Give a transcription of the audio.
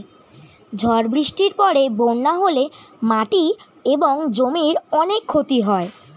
ঝড় বৃষ্টির পরে বন্যা হলে মাটি এবং জমির অনেক ক্ষতি হয়